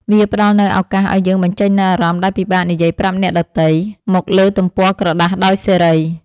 វាផ្ដល់នូវឱកាសឱ្យយើងបញ្ចេញនូវអារម្មណ៍ដែលពិបាកនិយាយប្រាប់អ្នកដទៃ មកលើទំព័រក្រដាសដោយសេរី។